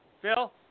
Phil